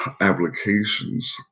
applications